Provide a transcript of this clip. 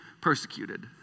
persecuted